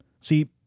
See